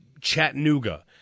Chattanooga